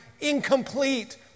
incomplete